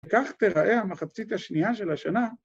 וכך תראה המחצית השנייה של השנה.